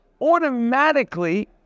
automatically